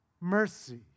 mercy